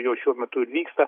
jos šiuo metu ir vyksta